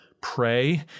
Pray